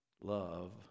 Love